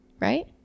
right